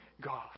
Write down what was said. God